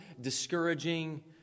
discouraging